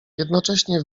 jednocześnie